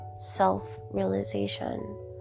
self-realization